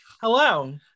Hello